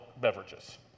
beverages